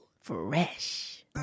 Fresh